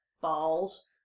Balls